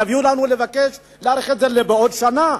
יביאו ויבקשו להאריך את זה בעוד שנה?